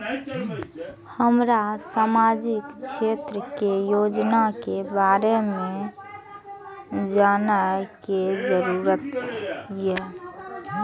हमरा सामाजिक क्षेत्र के योजना के बारे में जानय के जरुरत ये?